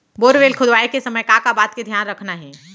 Borewell खोदवाए के समय का का बात के धियान रखना हे?